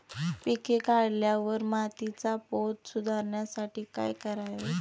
पीक काढल्यावर मातीचा पोत सुधारण्यासाठी काय करावे?